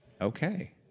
okay